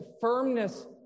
firmness